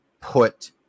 put